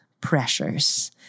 pressures